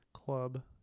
club